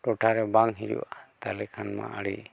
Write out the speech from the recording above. ᱴᱚᱴᱷᱟᱨᱮ ᱵᱟᱝ ᱦᱩᱭᱩᱜᱼᱟ ᱛᱟᱦᱞᱮ ᱠᱷᱟᱱ ᱢᱟ ᱟᱹᱰᱤ